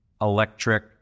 electric